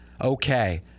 okay